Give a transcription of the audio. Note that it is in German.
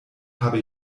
habe